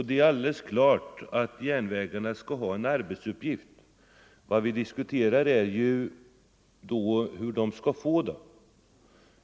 Det är alldeles klart att järnvägarna skall ha en arbetsuppgift. Vad vi diskuterar är hur de skall få den.